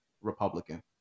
Republican